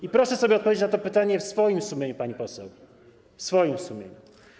I proszę sobie odpowiedzieć na to pytanie w swoim sumieniu, pani poseł, w swoim sumieniu.